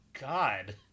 God